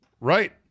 Right